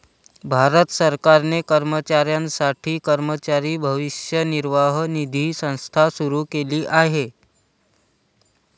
भारत सरकारने कर्मचाऱ्यांसाठी कर्मचारी भविष्य निर्वाह निधी संस्था सुरू केली आहे